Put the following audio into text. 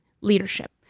leadership